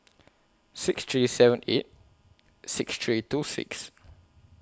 six three seven eight six three two six